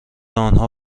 آنها